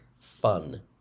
fun